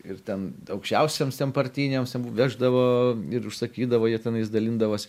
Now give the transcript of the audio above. ir ten aukščiausiems tiem partiniams veždavo ir užsakydavo jie tenais dalindavos